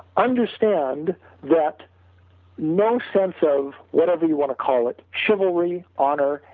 understand that no sense of whatever you want to call it chivalry, honor,